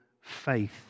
faith